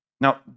Now